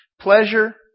Pleasure